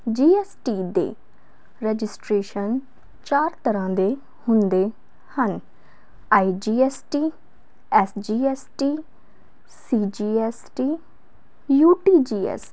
GST ਦੇ registration ਚਾਰ ਤਰ੍ਹਾਂ ਦੇ ਹੁੰਦੇ ਹਨ ਆਈਜੀਐਸਟੀ ਐਸਜੀਐਸਟੀ ਸੀਜੀਐਸਟੀ ਯੂਟੀਜੀਐਸਟੀ